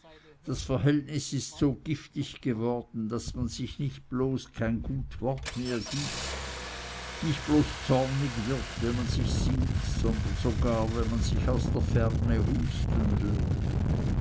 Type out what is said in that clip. das verhältnis ist so giftig geworden daß man sich nicht bloß kein gut wort mehr gibt nicht bloß zornig wird wenn man sich sieht sondern sogar wenn man sich aus der ferne husten hört